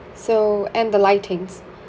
so and the lightings